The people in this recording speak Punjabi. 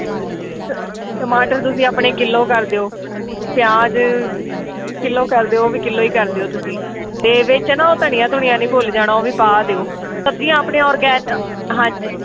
ਟ ਟਮਾਟਰ ਤੁਸੀਂ ਆਪਣੇ ਕਿੱਲੋ ਕਰ ਦਿਓ ਪਿਆਜ਼ ਕਿੱਲੋ ਕਰ ਦਿਓ ਉਹ ਵੀ ਕਿੱਲੋ ਹੀ ਕਰ ਦਿਓ ਤੁਸੀਂ ਅਤੇ ਵਿੱਚ ਨਾ ਉਹ ਧਨੀਆ ਧੁਨੀਆ ਨਹੀਂ ਭੁੱਲ ਜਾਣਾ ਉਹ ਵੀ ਪਾ ਦਿਓ ਸਬਜ਼ੀਆਂ ਆਪਣੇ ਔਰਗੈਨ ਹਾਂਜੀ